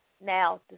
now